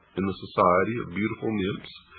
in the society of beautiful nymphs,